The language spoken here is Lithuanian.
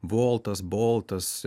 boltas boltas